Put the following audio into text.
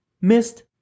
missed